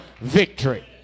victory